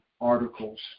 articles